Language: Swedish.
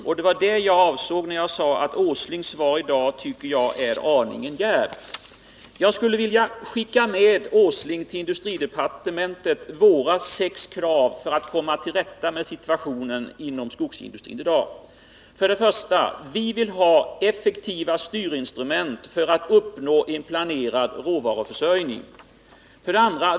Och det var detta jag avsåg när jag sade att Nils Åslings svar i dag är en aning djärvt. Jag skulle vilja skicka med Nils Åsling till industridepartementet våra sex krav för att komma till rätta med situationen inom skogsindustrin i dag. 1. Vi vill ha effektiva styrinstrument för att uppnå en planerad råvaruförsörjning. 2.